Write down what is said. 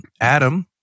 Adam